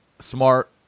Smart